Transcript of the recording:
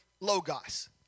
Logos